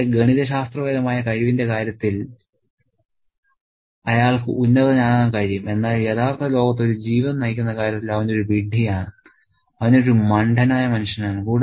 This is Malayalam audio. അവന്റെ ഗണിതശാസ്ത്രപരമായ കഴിവിന്റെ കാര്യത്തിൽ അയാൾക്ക് ഉന്നതനാകാൻ കഴിയും എന്നാൽ യഥാർത്ഥ ലോകത്ത് ഒരു ജീവിതം നയിക്കുന്ന കാര്യത്തിൽ അവൻ ഒരു വിഡ്ഢിയാണ് അവൻ ഒരു മണ്ടനായ മനുഷ്യനാണ്